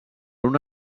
una